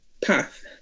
path